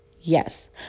Yes